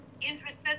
interested